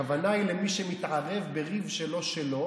הכוונה היא למי שמתערב בריב שלא שלו.